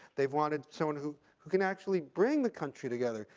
they've wanted someone who who can actually bring the country together.